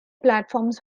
platforms